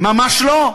ממש לא.